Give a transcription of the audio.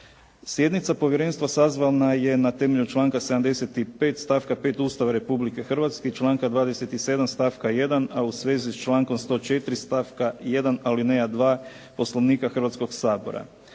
Sjednica povjerenstva sazvana je na temelju članka 75. stavka 5. Ustava Republike Hrvatske i članka 27. stavka 1. a u svezi s člankom 104. stavka 1. alineja 2 Poslovnika Hrvatskoga sabora.